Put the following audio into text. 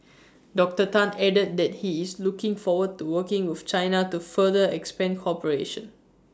Doctor Tan added that he is looking forward to working with China to further expand cooperation